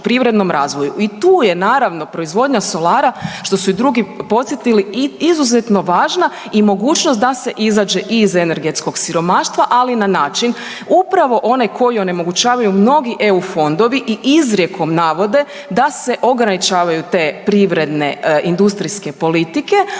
I tu je naravno proizvodnja solara, što su i drugi podsjetili izuzetno važna i mogućnost da se izađe iz energetskog siromaštva ali na način upravo onaj koji onemogućavaju mnogi EU fondovi i izrijekom navode da se ograničavaju te privredne industrijske politike.